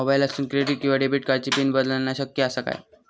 मोबाईलातसून क्रेडिट किवा डेबिट कार्डची पिन बदलना शक्य आसा काय?